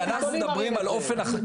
אנחנו מדברים על אופן החקירה.